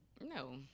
No